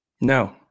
No